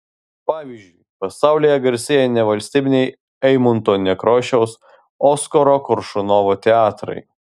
pavyzdžiui pasaulyje garsėja nevalstybiniai eimunto nekrošiaus oskaro koršunovo teatrai